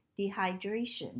dehydration